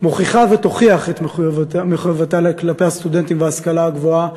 מוכיחה ותוכיח את מחויבותה כלפי הסטודנטים וההשכלה הגבוהה.